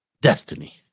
Destiny